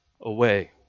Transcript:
away